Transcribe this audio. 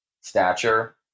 stature